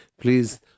please